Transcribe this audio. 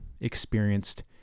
experienced